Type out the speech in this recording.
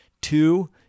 Two